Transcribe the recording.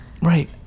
Right